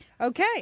Okay